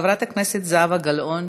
חברת הכנסת זהבה גלאון,